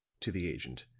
to the agent,